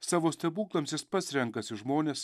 savo stebuklams jis pats renkasi žmones